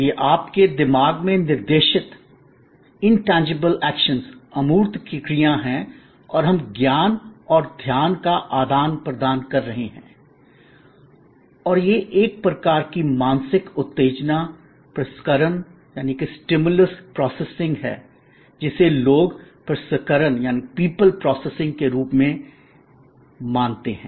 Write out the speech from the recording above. यह आपके दिमाग में निर्देशित इनटेंजिबल एक्शन्स अमूर्त क्रियाएँ है और हम ज्ञान और ध्यान का आदान प्रदान कर रहे हैं और यह एक प्रकार की मानसिक उत्तेजना प्रसंस्करण स्टिमुलस प्रोसेसिंग है जिसे लोग प्रसंस्करण पीपल प्रोसेसिंग के रूप में मानते हैं